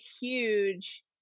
huge